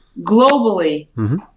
globally